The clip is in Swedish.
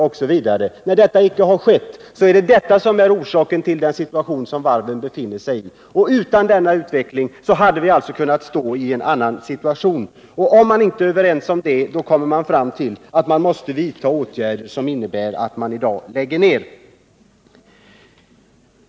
Att detta icke har skett är orsaken till den situation som varven befinner sig i. Utan denna utveckling hade vi kunnat befinna oss i ett helt annat läge. Den som inte inser detta kommer fram till att man måste vidta åtgärder som innebär att nedläggningar i dag skall ske.